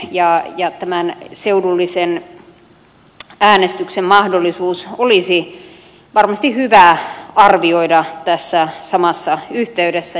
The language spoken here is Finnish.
tämänkin kehittäminen tämän seudullisen äänestyksen mahdollisuus olisi varmasti hyvä arvioida tässä samassa yhteydessä